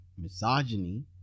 misogyny